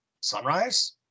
Sunrise